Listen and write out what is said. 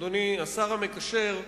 אדוני השר המקשר,